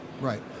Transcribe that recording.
Right